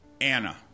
Anna